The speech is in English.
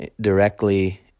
directly